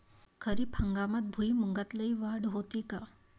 खरीप हंगामात भुईमूगात लई वाढ होते का?